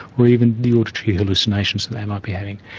or even the auditory hallucinations that they might be having.